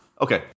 Okay